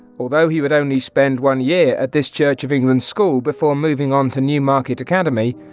although he would only spend one year at this church of england school before moving on to newmarket academy,